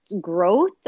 growth